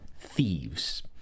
Thieves